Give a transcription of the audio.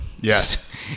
Yes